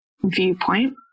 viewpoint